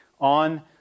on